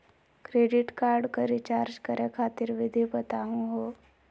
Credit card क recharge करै खातिर विधि बताहु हो?